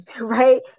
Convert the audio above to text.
right